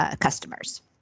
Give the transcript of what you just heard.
customers